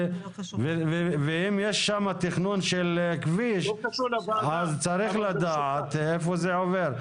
אם יש שם תכנון של כביש אז צריך לדעת איפה זה עובר.